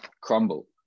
crumble